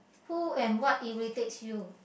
who and what irritates you